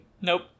nope